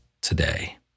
today